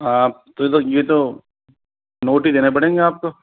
आप तो तो ये तो नोट ही देने पड़ेंगे आपको